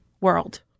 world